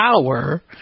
power